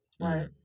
Right